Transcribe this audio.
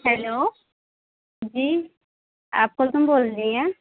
hello جی آپ کلثوم بول رہی ہیں